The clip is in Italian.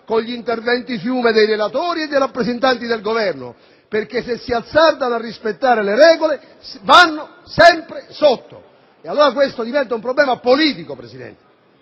con interventi fiume dei relatori e dei rappresentanti del Governo, perché se si azzardano a rispettare le regole vanno sempre sotto. Questo diventa allora un problema politico, signor Presidente.